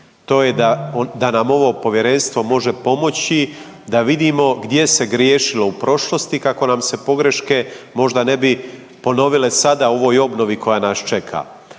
To je da nam ovo povjerenstvo može pomoći da vidimo gdje se griješilo u prošlosti kako nam se pogreške možda ne bi ponovile sada u ovoj obnovi koja nas čeka.